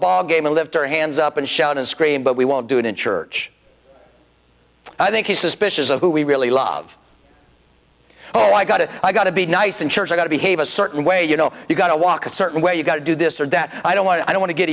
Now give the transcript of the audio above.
ballgame and lived there hands up and shout and scream but we won't do it in church i think he's suspicious of who we really love oh i got it i got to be nice in church i got to behave a certain way you know you got to walk a certain way you got to do this or that i don't want to i don't want to get